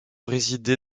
résidé